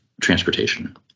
transportation